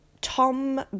Tom